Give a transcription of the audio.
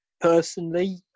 personally